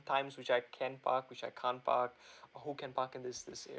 times which I can park which I can't park who can park and this is